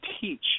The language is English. teach